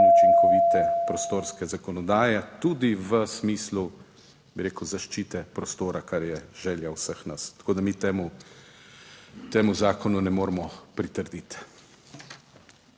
učinkovite prostorske zakonodaje, tudi v smislu, bi rekel, zaščite prostora, kar je želja vseh nas. Tako, da mi temu zakonu ne moremo pritrditi.